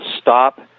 stop